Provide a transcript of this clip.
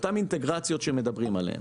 אותן אינטגרציות שמדברים עליהן,